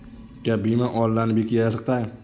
क्या बीमा ऑनलाइन भी किया जा सकता है?